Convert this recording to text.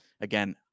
again